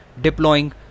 deploying